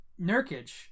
Nurkic